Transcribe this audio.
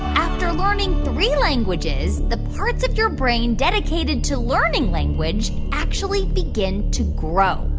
after learning three languages, the parts of your brain dedicated to learning language actually begin to grow?